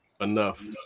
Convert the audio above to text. enough